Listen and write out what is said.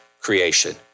creation